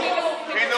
חינוך.